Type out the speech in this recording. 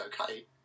okay